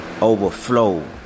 Overflow